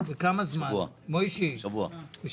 אה,